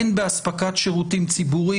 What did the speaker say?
הן באספקת שירותים ציבוריים,